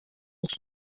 iki